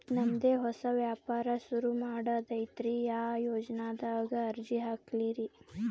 ನಮ್ ದೆ ಹೊಸಾ ವ್ಯಾಪಾರ ಸುರು ಮಾಡದೈತ್ರಿ, ಯಾ ಯೊಜನಾದಾಗ ಅರ್ಜಿ ಹಾಕ್ಲಿ ರಿ?